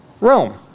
Rome